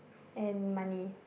and money